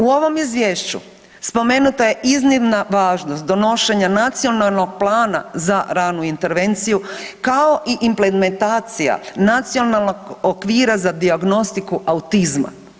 U ovom izvješću spomenuta je iznimna važnost donošenja nacionalnog plana za ranu intervenciju kao i implementacija nacionalno okvira za dijagnostiku autizma.